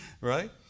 Right